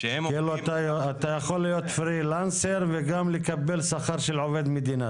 כשהם עובדים --- אתה יכול להיות פרילנסר וגם לקבל שכר של עובד מדינה,